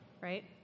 right